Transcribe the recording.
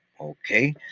Okay